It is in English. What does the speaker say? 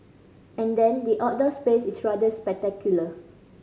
and then the outdoor space is rather spectacular